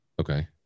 Okay